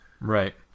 Right